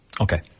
okay